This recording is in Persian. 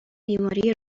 بیماری